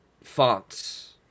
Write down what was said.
fonts